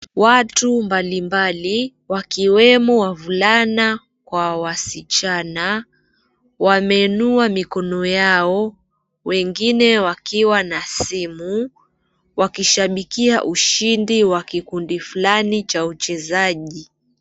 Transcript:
Watu mbalimbali wakiwemo wasichana kwa wavulana wameinua mikono yao wengine wakiwa na simu wakishabikia ushindi wa kikundi fulani cha uchezaji.